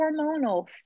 hormonal